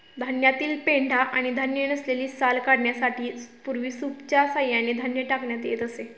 धान्यातील पेंढा आणि धान्य नसलेली साल काढण्यासाठी पूर्वी सूपच्या सहाय्याने धान्य टाकण्यात येत असे